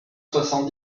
soixante